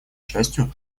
частью